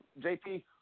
JP